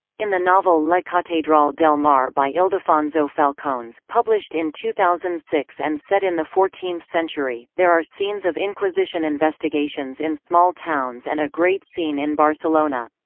in the novel la catedral del mar by ildefonso falcones, published in two thousand and six and set in the fourteenth century, there are scenes of inquisition investigations in small towns and a great scene in barcelona.